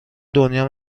دنیا